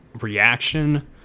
reaction